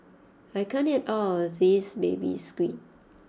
I can't eat all of this Baby Squid